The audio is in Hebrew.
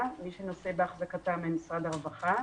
מי שנושא בהחזקתם הוא משרד הרווחה.